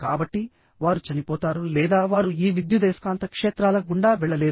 కాబట్టి వారు చనిపోతారు లేదా వారు ఈ విద్యుదయస్కాంత క్షేత్రాల గుండా వెళ్ళలేరు